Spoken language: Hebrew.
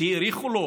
שהאריכו לו